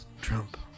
Trump